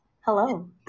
Hello